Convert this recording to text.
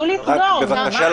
נכון שאפשר שהכנסת תשנה,